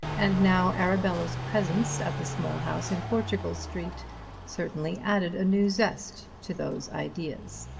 and now arabella's presence at the small house in portugal street certainly added a new zest to those ideas.